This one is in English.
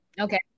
okay